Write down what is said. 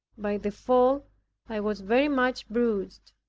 by the fall i was very much bruised.